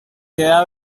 queda